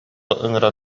ыҥыран